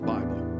Bible